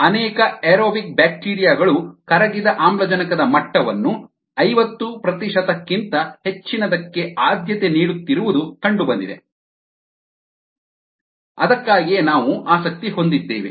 ಅನೇಕ aerobic bacteria ಗಳು ಕರಗಿದ ಆಮ್ಲಜನಕದ ಮಟ್ಟವನ್ನು ಐವತ್ತು ಪ್ರತಿಶತಕ್ಕಿಂತ ಹೆಚ್ಚಿನದಕ್ಕೆ ಆದ್ಯತೆ ನೀಡುತ್ತಿರುವುದು ಕಂಡುಬಂದಿದೆ ಅದಕ್ಕಾಗಿಯೇ ನಾವು ಆಸಕ್ತಿ ಹೊಂದಿದ್ದೇವೆ